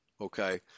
okay